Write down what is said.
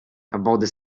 about